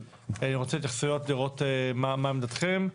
אני רוצה התייחסויות, לראות מה עמדתכם,